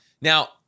Now